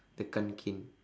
the Kanken